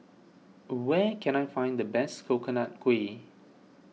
where can I find the best Coconut Kuih